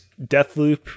Deathloop